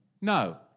No